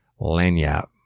Lanyap